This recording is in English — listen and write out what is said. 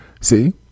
See